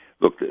Look